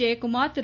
Jayakumar Thiru